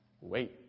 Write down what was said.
wait